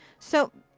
so,